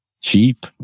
cheap